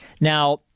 Now